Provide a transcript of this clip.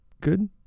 good